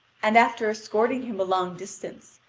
and after escorting him a long distance,